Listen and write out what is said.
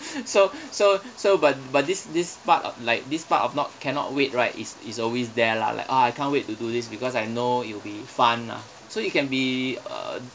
so so so but but this this part o~ like this part of not cannot wait right is is always there lah like ah I can't wait to do this because I know it'll be fun ah so it can be uh